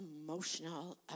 emotional